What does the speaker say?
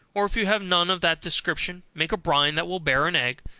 or, if you have none of that description, make a brine that will bear an egg,